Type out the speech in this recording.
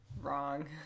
Wrong